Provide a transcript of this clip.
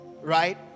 right